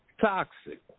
toxic